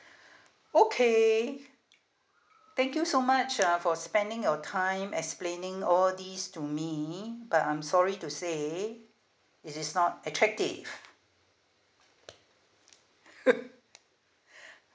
okay thank you so much uh for spending your time explaining all these to me but I'm sorry to say it is not attractive